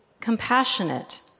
compassionate